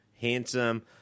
handsome